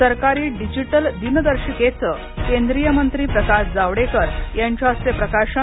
सरकारी डिजिटल दिनदर्शिकेचं केंद्रीय मंत्री प्रकाश जावडेकर यांच्या हस्ते प्रकाशन